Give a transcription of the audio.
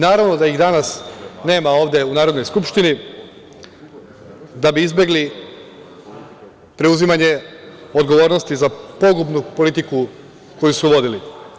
Naravno da ih danas nema ovde u Narodnoj skupštini, da bi izbegli preuzimanje odgovornosti za pogubnu politiku koju su vodili.